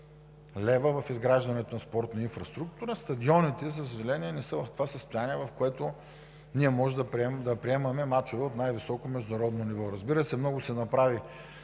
лв. в изграждането на спортна инфраструктура, стадионите, за съжаление, не са в това състояние, в което можем да приемаме мачове от най-високо международно ниво. Направи се много да